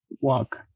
Walk